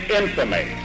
infamy